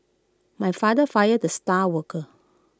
my father fired the star worker